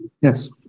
Yes